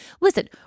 listen